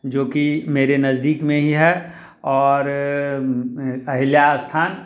जो कि मेरे नज़दीक में ही है और अहिल्या स्थान